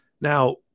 Now